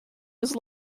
was